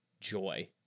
joy